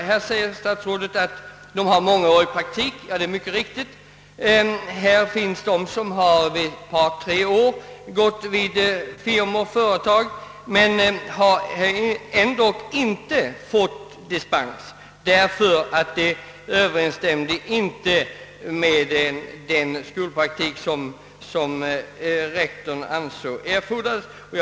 Statsrådet säger att det finns de som har mångårig praktik, och det är riktigt. Det finns de som varit ett par tre år vid företag men ändå inte fått dispens därför att tjänstgöringen inte överensstämde med den skolpraktik som rektorn ansåg erfordrades.